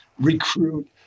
recruit